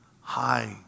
high